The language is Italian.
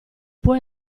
può